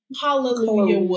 hallelujah